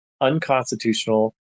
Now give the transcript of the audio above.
unconstitutional